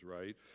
right